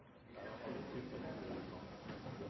de har vanskeligheter med å